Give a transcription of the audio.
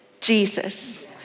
Jesus